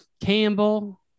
Campbell